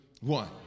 one